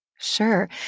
Sure